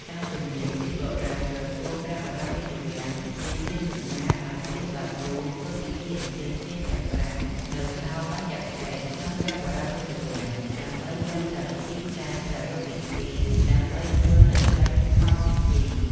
តាមទំនៀមពីបុរាណ ក្រសួងព្រះបរមរាជវាំងរាជានុញាត ឱ្យព្រាហ្មណ៍បាគូ ធ្វើពិធីអញ្ជើញទេពទាំង ៥ នៅ ហោបញ្ចាក្សេត្រ ក្នុងព្រះបរមរាជវាំង ដើម្បីយកទៅទីតាំងប្រារព្ធពិធី ដើម្បីធ្វើនៅកិច្ច "ហោមពិធី" ។